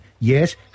Yes